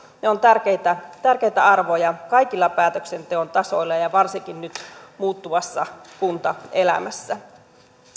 ne ovat tärkeitä arvoja kaikilla päätöksenteon tasoilla ja ja varsinkin nyt muuttuvassa kuntaelämässä